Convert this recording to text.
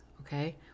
okay